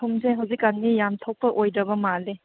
ꯊꯨꯡꯗꯦ ꯍꯧꯖꯤꯛ ꯀꯥꯟꯗꯤ ꯌꯥꯝ ꯊꯣꯛꯄ ꯑꯣꯏꯗꯕ ꯃꯥꯜꯂꯦ